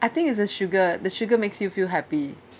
I think it's the sugar the sugar makes you feel happy